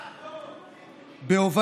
הוועדות,